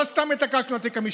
לא סתם התעקשנו על תיק המשפטים.